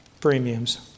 premiums